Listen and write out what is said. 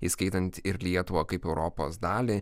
įskaitant ir lietuvą kaip europos dalį